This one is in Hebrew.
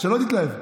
שלא תתלהב.